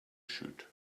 shoot